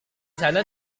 sana